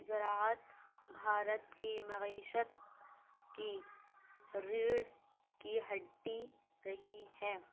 زراعت بھارت کی معیشت کی ریڑھ کی ہڈی رہی ہے